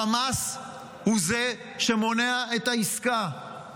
חמאס הוא זה שמונע את העסקה.